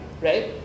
right